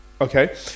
okay